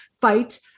fight